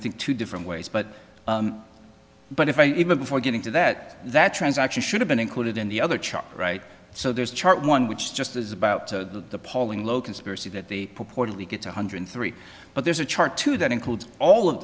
think two different ways but but if i even before getting to that that transaction should have been included in the other chart right so there's a chart one which just is about to the polling low conspiracy that they purportedly get one hundred three but there's a chart to that includes all of